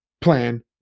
plan